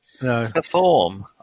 Perform